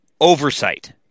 oversight